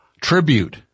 tribute